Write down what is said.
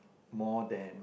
more then